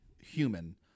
human